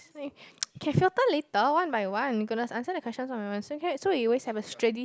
can filter later one by one we gonna answer the question one by one so can so we always have a steady